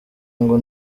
ngo